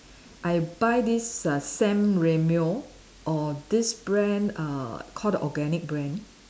I buy this uh San Remo or this brand err call the organic brand